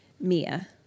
Mia